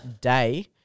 day